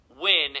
win